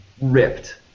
ripped